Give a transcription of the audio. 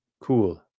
cool